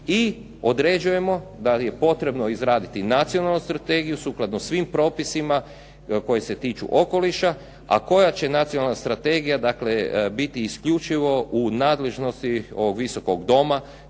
i određujemo da je potrebno izraditi nacionalnu strategiju sukladno svim propisima koji se tiču okoliša a koja će nacionalna strategija biti isključivo u nadležnosti ovog Visokog doma